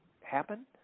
happen